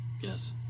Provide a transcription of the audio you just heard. Yes